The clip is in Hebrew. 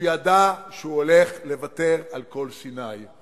הוא ידע שהוא הולך לוותר על כל סיני.